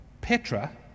Petra